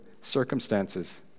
circumstances